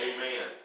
Amen